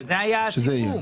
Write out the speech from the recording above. שזה יהיה,